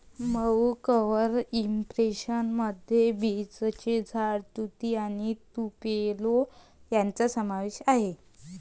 मऊ cover impression मध्ये बीचचे झाड, तुती आणि तुपेलो यांचा समावेश आहे